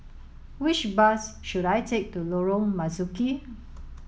which bus should I take to Lorong Marzuki